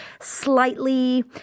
slightly